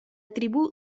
tribù